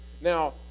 Now